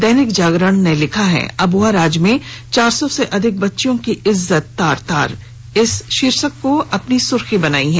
दैनिक जागरण ने लिखा है अबुआ राज में चार सौ से अधिक बच्चियों की इज्जत तार तार शीर्षक को अपने अखबार की सुर्खी बनाई है